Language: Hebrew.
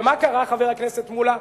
ומה קרה, חבר הכנסת מולה?